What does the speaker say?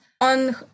on